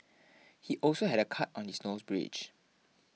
he also had a cut on his nose bridge